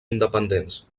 independents